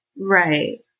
right